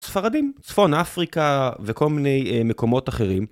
ספרדים, צפון אפריקה וכל מיני מקומות אחרים.